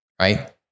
right